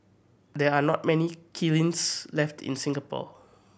there are not many kilns left in Singapore